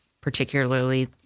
Particularly